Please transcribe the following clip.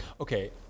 Okay